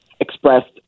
expressed